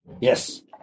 Yes